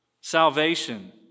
Salvation